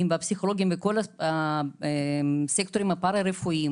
הרצפה, ותתווסף מטלה נוספת של הסתכלות בצווי בית